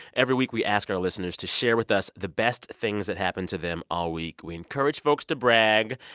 every week, we ask our listeners to share with us the best things that happened to them all week. we encourage folks to brag.